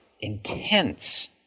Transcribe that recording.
intense